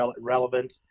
relevant